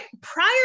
prior